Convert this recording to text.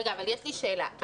יש לי שאלה.